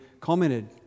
commented